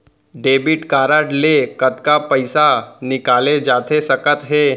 Debit card ले कतका पइसा निकाले जाथे सकत हे?